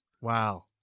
Wow